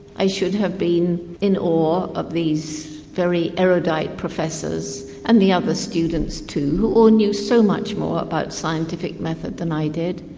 i should have been in awe these very erudite professors, and the other students too who all knew so much more about scientific method than i did,